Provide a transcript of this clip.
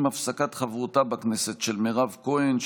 עם הפסקת חברותה בכנסת של מירב כהן,